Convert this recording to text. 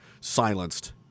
silenced